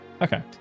Okay